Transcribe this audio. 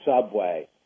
subway